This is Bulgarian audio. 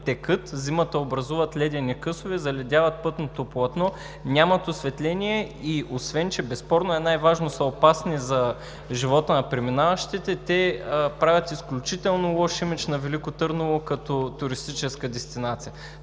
текат, зимата образуват ледени късове, заледяват пътното платно, нямат осветление. И освен че, безспорно най-важното, са опасни за живота на преминаващите, те правят изключително лош имидж на Велико Търново като туристическа дестинация,